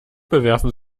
bewerfen